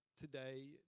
today